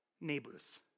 neighbors